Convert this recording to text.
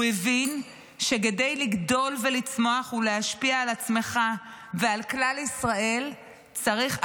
הוא הבין שכדי לגדול ולצמוח ולהשפיע על עצמך ועל כלל ישראל צריך עבודה,